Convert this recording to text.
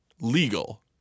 legal